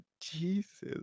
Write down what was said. Jesus